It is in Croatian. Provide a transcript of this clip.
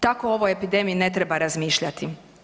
Tako o ovoj epidemiji ne treba razmišljati.